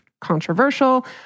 controversial